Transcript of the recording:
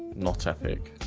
not epic.